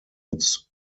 its